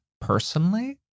personally